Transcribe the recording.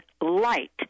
light